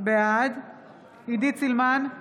בעד עידית סילמן,